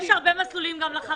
יש הרבה מסלולים גם לחרדים.